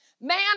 Man